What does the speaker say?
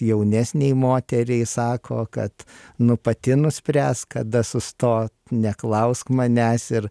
jaunesnei moteriai sako kad nu pati nuspręsk kada sustoti neklausk manęs ir